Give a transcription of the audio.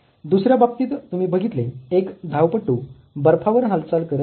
दुसऱ्या बाबतीत तुम्ही बघितले एक धावपटू बर्फावर हालचाल करत आहे